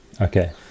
okay